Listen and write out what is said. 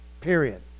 period